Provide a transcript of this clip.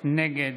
נגד